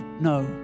no